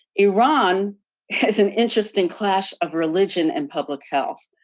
iran has an interesting clash of religion and public health.